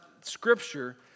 Scripture